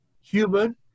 human